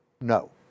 No